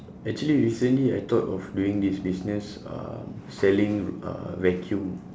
actually recently I thought of doing this business um selling uh vacuum